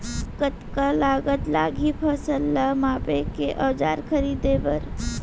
कतका लागत लागही फसल ला मापे के औज़ार खरीदे बर?